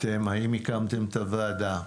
האם הקמתם את הוועדה,